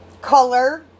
color